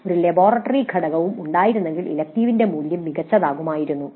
"ഒരു ലബോറട്ടറി ഘടകവും ഉണ്ടായിരുന്നെങ്കിൽ ഇലക്ടീവിന്റെ മൂല്യം മികച്ചതാകുമായിരുന്നു